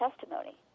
testimony